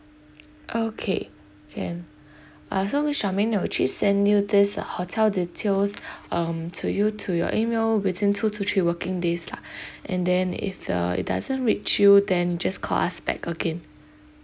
okay can uh so miss charmaine we'll actually send you this uh hotel details um to you to your email within two to three working days lah and then if uh doesn't reach you then just call us back again